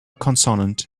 consonant